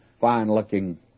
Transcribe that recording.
fine-looking